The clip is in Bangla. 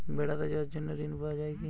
বেড়াতে যাওয়ার জন্য ঋণ পাওয়া যায় কি?